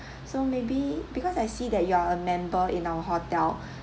so maybe because I see that you are a member in our hotel